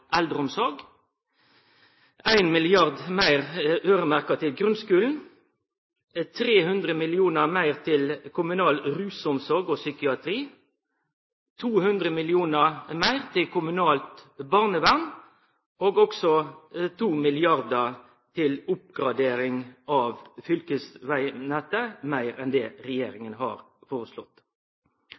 eldreomsorg 1 mrd. kr meir øyremerkt grunnskulen 300 mill. kr meir til kommunal rusomsorg og psykiatri 200 mill. kr meir til kommunalt barnevern 2 mrd. kr meir til oppgradering av fylkesvegnettet enn det regjeringa har foreslått